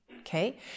Okay